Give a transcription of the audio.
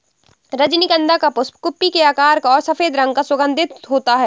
रजनीगंधा का पुष्प कुप्पी के आकार का और सफेद रंग का सुगन्धित होते हैं